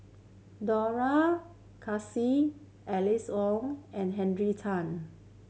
Dollah Kassim Alice Ong and Henry Tan